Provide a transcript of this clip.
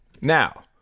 Now